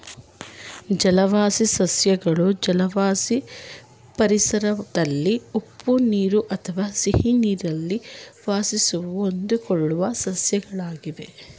ಜಲವಾಸಿ ಸಸ್ಯಗಳು ಜಲವಾಸಿ ಪರಿಸರದಲ್ಲಿ ಉಪ್ಪು ನೀರು ಅಥವಾ ಸಿಹಿನೀರಲ್ಲಿ ವಾಸಿಸಲು ಹೊಂದಿಕೊಳ್ಳುವ ಸಸ್ಯಗಳಾಗಿವೆ